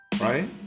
right